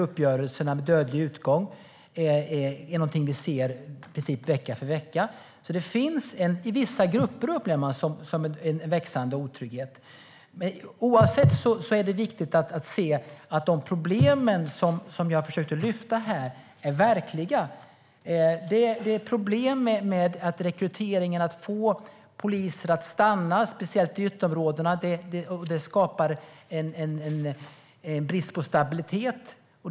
Uppgörelser med dödlig utgång sker vecka för vecka. Det finns en växande otrygghet inom vissa grupper. Oavsett hur det är med dessa problem är det viktigt att se att de är verkliga. Det är problem med rekryteringen, att få poliser att stanna, speciellt i ytterområdena. Det skapar brist på stabilitet.